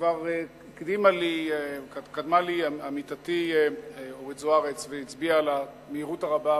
כבר קדמה לי עמיתתי אורית זוארץ והצביעה על המהירות הרבה,